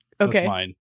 Okay